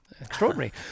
Extraordinary